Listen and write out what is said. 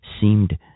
seemed